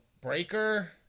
Breaker